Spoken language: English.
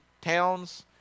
towns